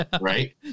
right